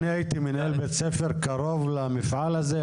אני הייתי מנהל בית ספר קרוב למפעל הזה,